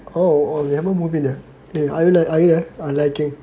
oh oh you haven't move in ah eh are you there are you there I'm lagging